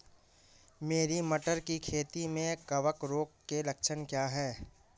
मेरी मटर की खेती में कवक रोग के लक्षण क्या हैं?